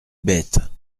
bête